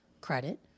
credit